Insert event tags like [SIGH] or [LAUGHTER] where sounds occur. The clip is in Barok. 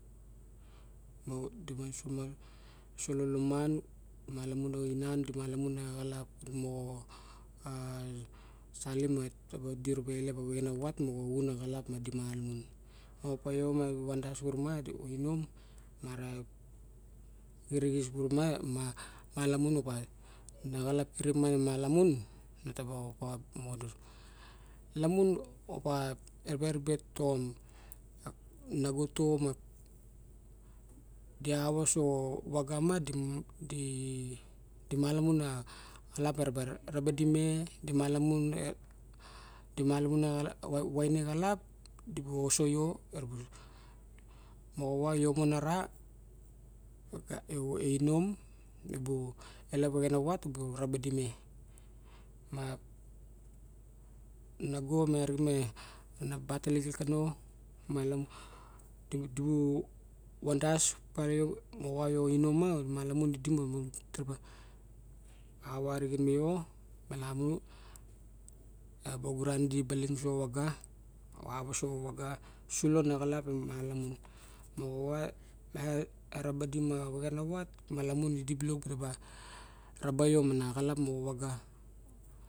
Modi vasu enam ma di malamu a xalap mo salim ma di ba ilep a vexenavat moxa xun a xalap dima lamun opa io ma evan das kuruma di ionom ma ra xirixis. kunuma malamon opa ana xalap kurip ma emalamin neba [HESITATION] lamon eraba ribe opa toxom nagoto di ava so vaga ma di malamun a xalap era ba raba di me di ba soso io [HESITATION] moxawa io mon ara ebu om ebu ilep a vexenavat ebu raba di me, naga arixen me ana bata lixilik kano di ba van olas <> moxa va io inom ma <> malamu eraba oguran balin idi uso xa vaga, ava so xa va ga sulo ana xalap e malamalamun. moxama ba di ma vexenava idibilok dira ba raba io mama xalap moxa vagga.